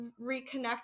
reconnect